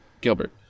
Gilbert